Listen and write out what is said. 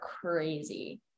crazy